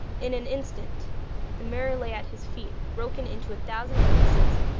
in an instant the mirror lay at his feet broken into a thousand pieces,